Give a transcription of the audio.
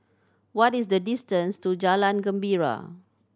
what is the distance to Jalan Gembira